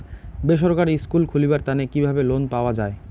বেসরকারি স্কুল খুলিবার তানে কিভাবে লোন পাওয়া যায়?